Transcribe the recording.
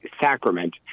sacrament